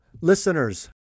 listeners